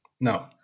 No